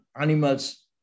animals